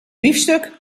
biefstuk